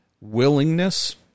willingness